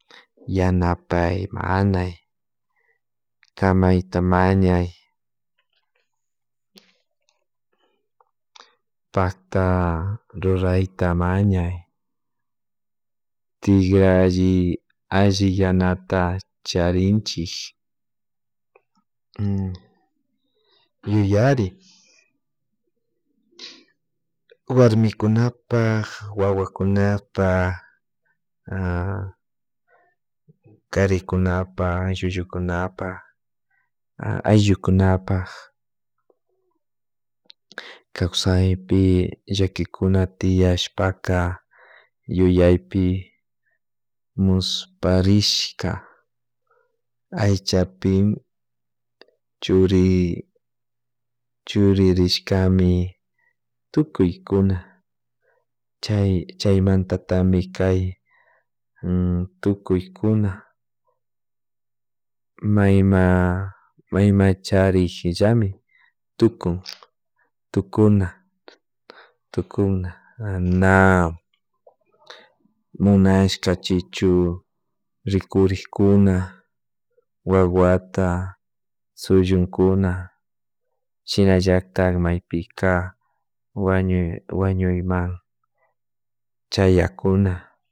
Yanapay mañay kamayta mañay pakta rrurayta mañay tigralli alli yanata charinchik yuyari, warmikunapak wawakunapak, karikunapak, llullukunpak ayllukunapak kawsaypi llakikun tiyashpaka yuyaypi musparishka aychapi churi churirishkami tukuykuna chaymaytatami kay tukuy kuna mayma mayma charikllami tukun tunana munashka chichu rikurikuna wawata sullunkuna shinallatik maypi wañuy wañuyman chayankuna